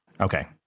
Okay